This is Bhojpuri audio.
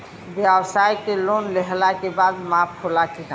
ब्यवसाय के लोन लेहला के बाद माफ़ होला की ना?